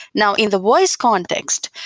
now, in the voice context,